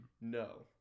No